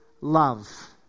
love